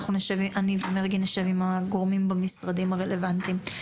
אני ומרגי נשב עם הגורמים במשרדים הרלוונטיים.